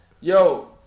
yo